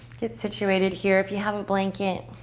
get situated here. if you have a blanket.